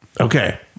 Okay